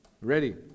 ready